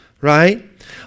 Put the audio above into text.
Right